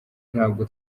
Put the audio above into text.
ntabwo